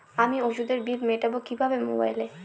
আমি ওষুধের বিল মেটাব কিভাবে মোবাইলে?